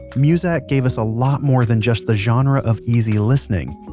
muzak gave us a lot more than just the genre of easy listening.